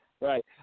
Right